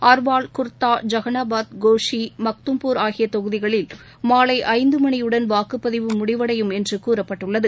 அர்வாள் குர்த்தா ஜகன்னாபாத் கோஷி மக்தும்பூர் ஆகிய தொகுதிகளில் மாலை ஐந்து மணியுடன் வாக்குப்பதிவு முடிவடையும் என்று கூறப்பட்டுள்ளது